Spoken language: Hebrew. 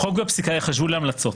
החוק והפסיקה ייחשבו להמלצות,